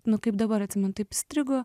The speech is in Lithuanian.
nu kaip dabar atsimenu taip įstrigo